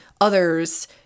others